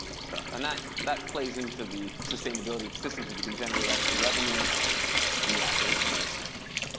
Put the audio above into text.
stuff. and that that plays into the sustainability of the systems if you can generate extra revenue from the operation of the systems.